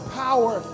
power